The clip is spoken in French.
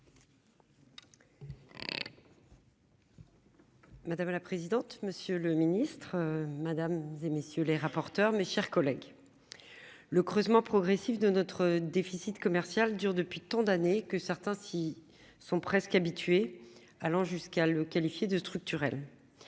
Madame la présidente, monsieur le ministre, Madame et messieurs les rapporteurs, mes chers collègues. Le creusement progressif de notre déficit commercial dure depuis tant d'années que certains s'y sont presque habitué allant jusqu'à le qualifier de structurel.